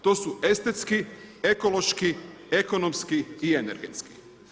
To su estetski, ekološki, ekonomski i energetski.